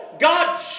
God